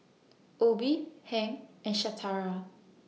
Obie Hank and Shatara